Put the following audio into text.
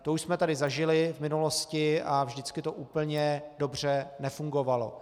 To už jsme tady zažili v minulosti a vždycky to úplně dobře nefungovalo.